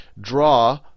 draw